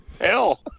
Hell